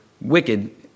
wicked